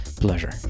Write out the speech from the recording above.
pleasure